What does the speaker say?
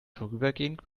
vorübergehend